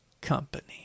Company